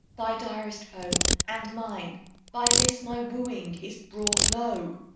thy direst foe and mine by this my wooing is brought low.